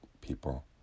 people